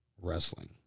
wrestling